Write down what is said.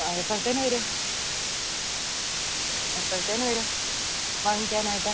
ആ എപ്പോഴത്തേക്ക് വരും എപ്പോഴത്തേക്ക് വരും വാങ്ങിക്കുവാനായിട്ട്